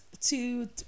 two